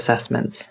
assessments